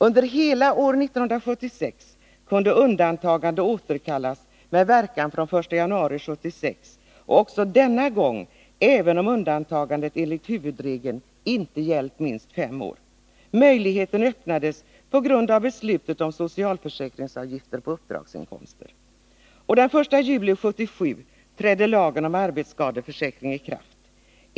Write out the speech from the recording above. Under hela år 1976 kunde undantagande återkallas med verkan fr.o.m. den 1 januari 1976, trots att undantagandet även denna gång inte hade gällt minst fem år, som var huvudregeln. Möjligheten öppnades genom beslutet om socialförsäkringsavgifter på uppdragsinkomster. Den 1 juli 1977 trädde lagen om arbetsskadeförsäkring i kraft.